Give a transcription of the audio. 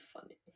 funny